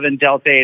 Delta